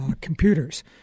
computers